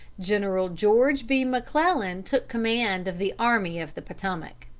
general george b. mcclellan took command of the army of the potomac.